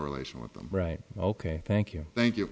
relation with them right ok thank you thank you